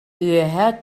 үөһэ